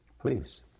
Please